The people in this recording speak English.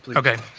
like okay.